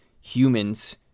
humans